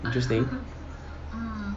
interesting